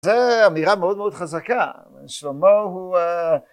זה אמירה מאוד מאוד חזקה שלמה הוא